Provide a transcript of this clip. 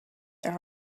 their